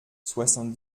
soixante